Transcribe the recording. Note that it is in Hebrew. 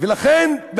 ולכן,